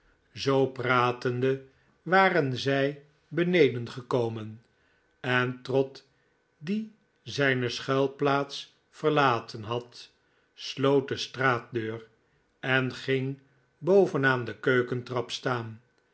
zoo pratende waren zij beneden gekomen en trott die zijne schuilplaats verlaten had sloot de straatdeur en ging boven aan de keukentrap staan